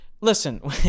Listen